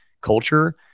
culture